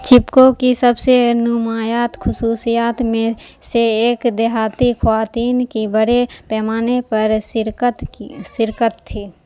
چپکو کی سب سے نمایات خصوصیات میں سے ایک دیہاتی خواتین کی بڑے پیمانے پر شرکت شرکت تھی